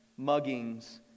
muggings